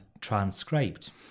transcribed